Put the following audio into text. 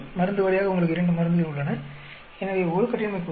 மருந்து வாரியாக உங்களுக்கு இரண்டு மருந்துகள் உள்ளன எனவே 1 கட்டின்மை கூறுகள்